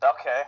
Okay